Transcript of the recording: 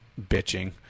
bitching